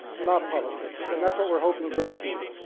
not politics. and that's what we're hoping to achieve.